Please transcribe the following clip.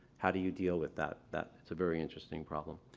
how do you deal with that? that is a very interesting problem.